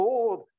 Lord